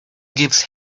gives